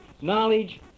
knowledge